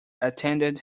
attended